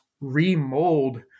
remold